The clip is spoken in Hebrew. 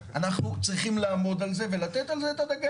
אנחנו צריכים לעמוד על זה ולתת על זה דגש.